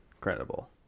credible